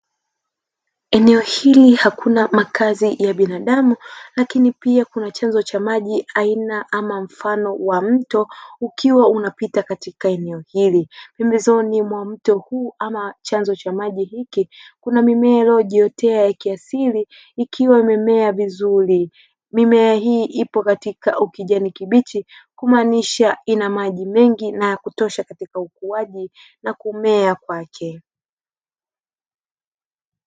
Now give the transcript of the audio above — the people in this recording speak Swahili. Eneo hili hakuna makazi ya binadamu lakini pia kuna chanzo cha maji aina au mfano wa mto ukiwa unapita katika eneo hili pembezoni wa mto huu ama chanzo cha maji hiki kuna mimea iliyojiotea ya kiasili ikiwa imemea vizuri, mimea hii ipo katika ukijani kibichi kumaanisha ina maji mengi na kutosha katika ukuwaji na kumea kwake.